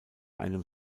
einem